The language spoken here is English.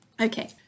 Okay